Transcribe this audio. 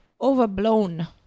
overblown